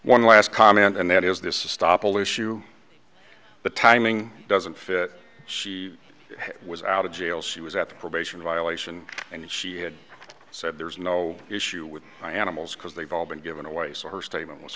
one last comment and that is this is stop all issue the timing doesn't fit she was out of jail she was at the probation violation and she had said there's no issue with my animals because they've all been given away so her statement was